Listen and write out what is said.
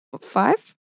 Five